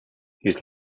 his